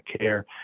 care